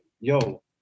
yo